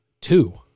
two